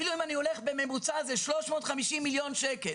אפילו אם אני מדבר על הממוצע זה 350 מיליון שקל.